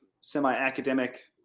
semi-academic